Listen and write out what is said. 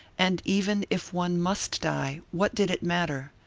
and even if one must die, what did it matter?